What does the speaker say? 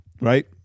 right